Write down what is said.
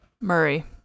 Murray